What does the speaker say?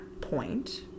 point